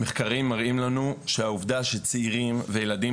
מחקרים מראים לנו שהעובדה שצעירים וילדים